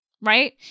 right